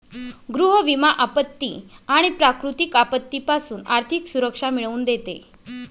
गृह विमा आपत्ती आणि प्राकृतिक आपत्तीपासून आर्थिक सुरक्षा मिळवून देते